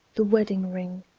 the wedding-ring,